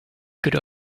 could